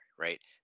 right